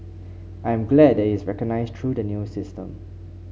I'm glad that is recognised through the new system